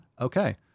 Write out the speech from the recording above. Okay